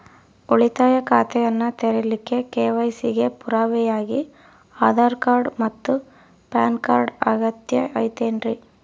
ಉಳಿತಾಯ ಖಾತೆಯನ್ನ ತೆರಿಲಿಕ್ಕೆ ಕೆ.ವೈ.ಸಿ ಗೆ ಪುರಾವೆಯಾಗಿ ಆಧಾರ್ ಮತ್ತು ಪ್ಯಾನ್ ಕಾರ್ಡ್ ಅಗತ್ಯ ಐತೇನ್ರಿ?